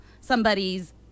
somebody's